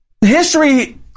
History